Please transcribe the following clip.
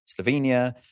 Slovenia